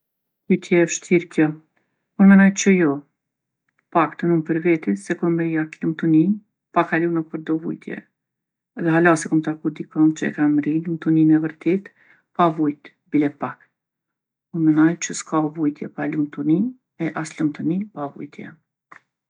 Pytje e vshtirë kjo. Unë menoj që jo. T'paktën unë për veti se kom mri atë lumtuni pa kalu nëpër do vujtje. Edhe hala se kom taku dikon që e ka mri lumtuninë e vërtetë pa vujt bile pak. Unë menoj që ska vujtje pa lumtuni, e as lumtuni pa vujtje.